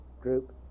group